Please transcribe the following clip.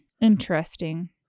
interesting